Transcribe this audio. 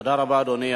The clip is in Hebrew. תודה רבה, אדוני.